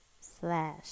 Slash